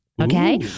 Okay